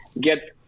get